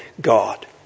God